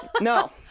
no